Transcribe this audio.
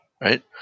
right